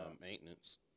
maintenance